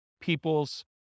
people's